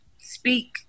speak